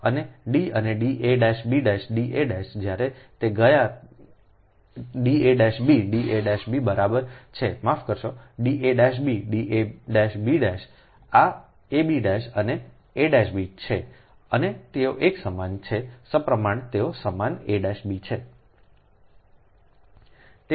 અને D અને dab da જ્યારે તે ગયા dab dab બરાબર છે માફ કરશો dab dab આ ab' અને a'b છે અને તેઓ એક સમાન છે સપ્રમાણ તેઓ સમાન ab છે